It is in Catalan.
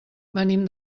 venim